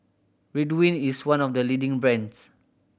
Ridwind is one of the leading brands